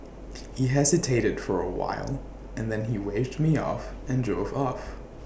he hesitated for A while and then he waved me off and drove off